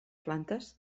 plantes